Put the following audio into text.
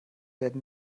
werden